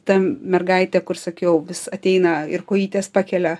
ta mergaitė kur sakiau vis ateina ir kojytes pakelia